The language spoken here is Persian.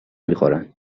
میخورن